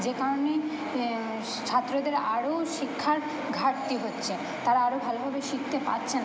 যে কারণে সে ছাত্রদের আরোও শিক্ষার ঘাটতি হচ্ছে তারা আরো ভালোভাবে শিখতে পারছে না